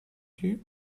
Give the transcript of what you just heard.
you